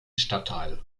stadtteil